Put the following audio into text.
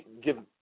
give